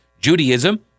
Judaism